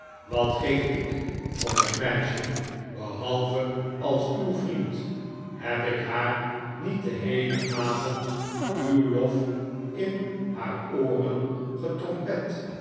wat geef i k om het meisje behalve als uw vriend heb ik haar niet den heelen avond uw lof in haar ooren getrompet en